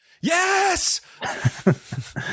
Yes